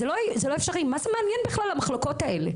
מה זה מעניין בכלל המחלוקות האלה?